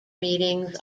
meetings